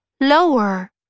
lower